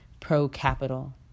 pro-capital